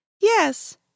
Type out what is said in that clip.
Yes